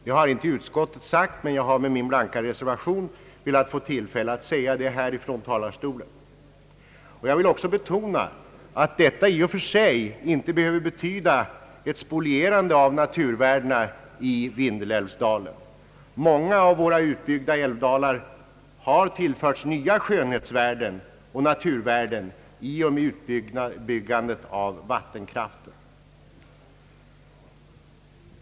Det har inte utskot tet sagt, men jag har med min blanka reservation velat få tillfälle att säga det här från talarstolen i dag. Jag vill också betona att en utbyggnad i och för sig inte behöver betyda ett spolierande av naturvärdena i Vindeälvsdalen. Många av våra utbyggda älvdalar har tillförts nya skönhetsvärden och naturvärden i och med utbyggandet av vattenkraften.